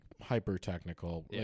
hyper-technical